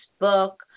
book